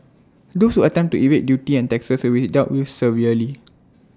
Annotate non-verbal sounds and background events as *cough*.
*noise* those who attempt to evade duty and taxes will be dealt with severely